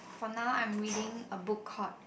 for now I'm reading a book called